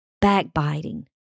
backbiting